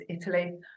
Italy